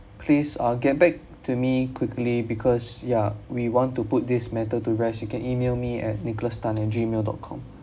please uh get back to me quickly because ya we want to put this matter to rest you can email me at nicholas tan at gmail dot com